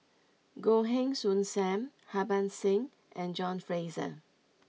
Goh Heng Soon Sam Harbans Singh and John Fraser